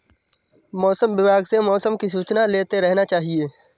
मौसम विभाग से मौसम की सूचना लेते रहना चाहिये?